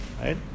right